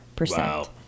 Wow